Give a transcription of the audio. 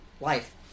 Life